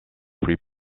free